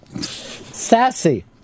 Sassy